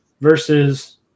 versus